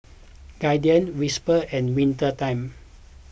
Guardian Whisper and Winter Time